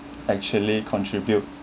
actually contribute